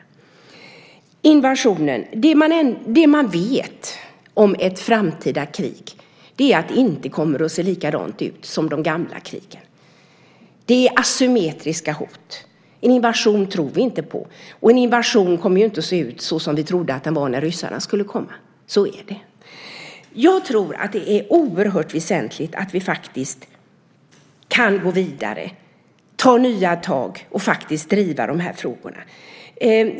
Om invasionen kan jag säga att det man vet om ett framtida krig är att det inte kommer att se likadant ut som de gamla krigen. Det är asymmetriska hot. En invasion tror vi inte på, och en invasion kommer ju inte att se ut som vi trodde den skulle göra när vi trodde att ryssarna skulle komma. Så är det. Jag tror att det är oerhört väsentligt att vi kan gå vidare, ta nya tag och faktiskt driva de här frågorna.